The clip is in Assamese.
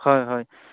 হয় হয়